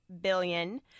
billion